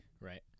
right